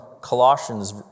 Colossians